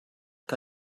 que